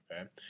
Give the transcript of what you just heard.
okay